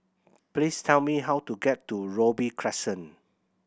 please tell me how to get to Robey Crescent